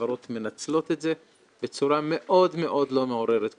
החברות מנצלות את זה בצורה מאוד מאוד לא מעוררת כבוד.